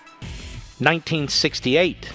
1968